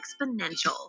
exponential